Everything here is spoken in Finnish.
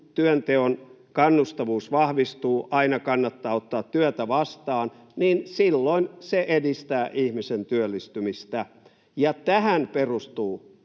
kun työnteon kannustavuus vahvistuu ja aina kannattaa ottaa työtä vastaan, niin silloin se edistää ihmisen työllistymistä. Tähän perustuu